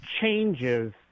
changes